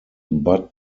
bud